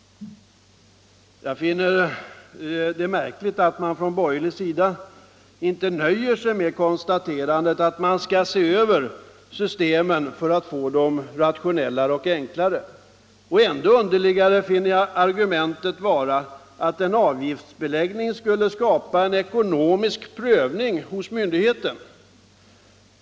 Jag finner det märkligt att man från de borgerligas sida inte nöjer sig med konstaterandet att systemen skall ses över för att göras rationellare och enklare. Ändå märkligare finner jag argumentet vara att en avgiftsbeläggning skulle skapa en ekonomisk prövning hos myndigheten.